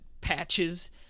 patches